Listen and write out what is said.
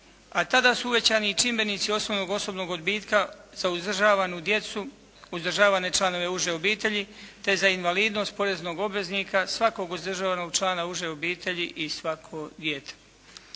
a tada su uvećani i čimbenici osnovnog osobnog odbitka za uzdržavanu djecu, uzdržavane članove uže obitelji te za invalidnost poreznog obveznika, svakog uzdržavanog člana uže obitelji i svako dijete.